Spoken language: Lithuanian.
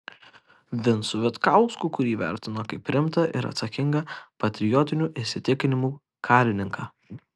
vincu vitkausku kurį vertino kaip rimtą ir atsakingą patriotinių įsitikinimų karininką